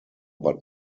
but